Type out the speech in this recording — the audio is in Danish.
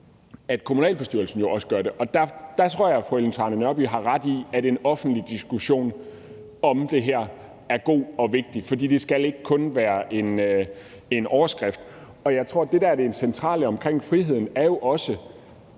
at kommunalbestyrelsen også gør det. Der tror jeg, at fru Ellen Trane Nørby har ret i, at en offentlig diskussion om det her er god og vigtig, for det skal ikke kun være en overskrift. Jeg tror, at det, der også er centralt at sige omkring friheden, er, at